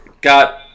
got